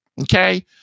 Okay